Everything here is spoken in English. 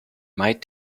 might